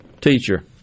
teacher